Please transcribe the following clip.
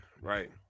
right